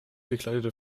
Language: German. bekleidete